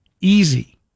easy